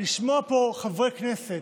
לשמוע פה חברי כנסת,